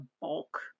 bulk